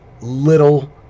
little